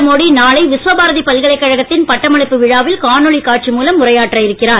நரேந்திர மோடி நாளை விஸ்வபாரதி பல்கலைக் கழகத்தின் பட்டமளிப்பு விழாவில் காணொளி காட்சி மூலம் உரையாற்ற இருக்கிறார்